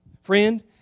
Friend